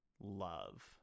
love